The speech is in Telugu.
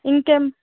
ఇంకేం